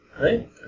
Right